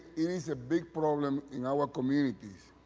it is a big problem in our communities.